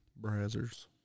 Brazzers